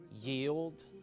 Yield